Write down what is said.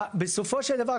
בסופו של דבר,